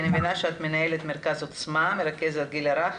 אני מבינה שאת מנהלת מרכז עוצמה, מרכז לגיל הרך